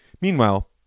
Meanwhile